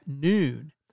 noon